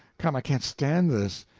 come, i can't stand this!